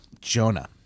Jonah